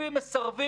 הדבר הזה פוגע,